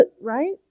Right